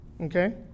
Okay